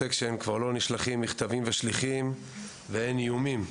ב- Protection כבר לא נשלחים מכתבים עם שליחים ואין איומים,